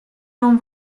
non